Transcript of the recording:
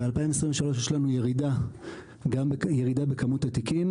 ב-2023 יש לנו ירידה בכמות התיקים